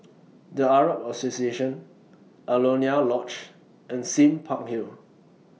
The Arab Association Alaunia Lodge and Sime Park Hill